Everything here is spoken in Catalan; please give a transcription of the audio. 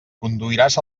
conduiràs